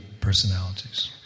personalities